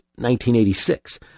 1986